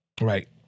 Right